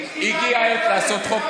הגיעה העת לעשות חוק.